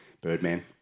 Birdman